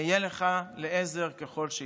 אהיה לך לעזר ככל שיידרש.